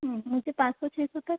मुझे पाँच सौ छः सौ तक